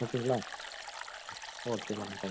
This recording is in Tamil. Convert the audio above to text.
ஓகேங்களா ஓகே மேடம் தேங்க் யூ